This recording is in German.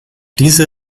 diese